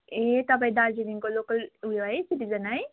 ए तपाईँ दार्जिलिङको लोकल ऊ यो है सिटिजन है